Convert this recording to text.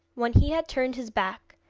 when he had turned his back,